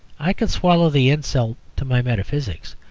i could swallow the insult to my metaphysics,